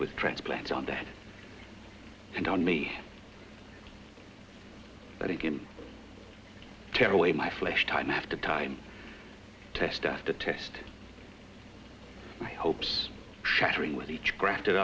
with transplants on the head and on me but it can tear away my flesh time after time to stuff to test my hopes shattering with each grafted